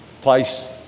place